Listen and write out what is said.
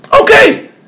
Okay